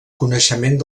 coneixement